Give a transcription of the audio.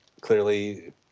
clearly